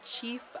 chief